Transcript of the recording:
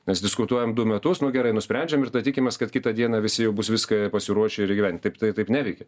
mes diskutuojam du metus nu gerai nusprendžiam ir dar tikimės kad kitą dieną visi jau bus viską pasiruošę ir gyvent taip tai taip neveikia